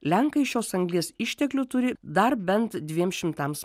lenkai šios anglies išteklių turi dar bent dviem šimtams